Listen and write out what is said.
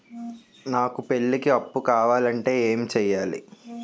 నాకు పెళ్లికి అప్పు కావాలంటే ఏం చేయాలి?